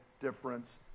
difference